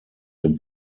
dem